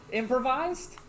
improvised